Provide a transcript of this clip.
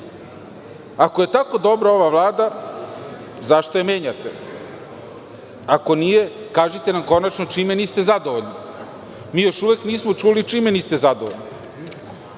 je tako dobra ova vlada, zašto je menjate? Ako nije, kažite nam konačno čime niste zadovoljni? Mi još uvek nismo čuli čime niste zadovoljni.